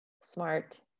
smart